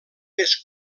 més